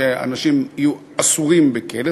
שאנשים יהיו אסורים בכלא,